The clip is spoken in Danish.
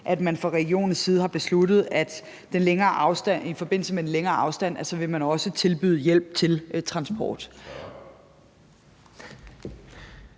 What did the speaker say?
at man fra regionens side har besluttet, at man i forbindelse med den længere afstand også vil tilbyde hjælp til transport.